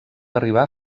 arribar